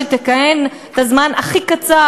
שתכהן בזמן הכי קצר,